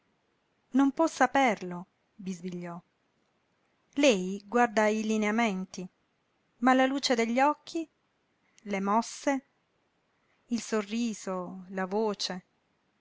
non può saperlo bisbigliò lei guarda ai lineamenti ma la luce degli occhi le mosse il sorriso la voce